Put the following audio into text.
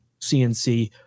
CNC